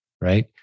Right